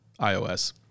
iOS